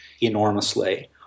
enormously